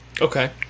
Okay